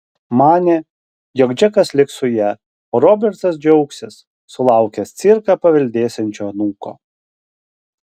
manė jog džekas liks su ja o robertas džiaugsis sulaukęs cirką paveldėsiančio anūko